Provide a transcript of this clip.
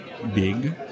big